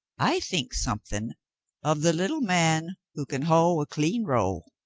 i think something of the little man who can hoe a clean row,